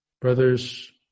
Brothers